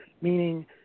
meaning